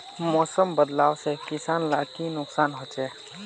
मौसम बदलाव से किसान लाक की नुकसान होचे?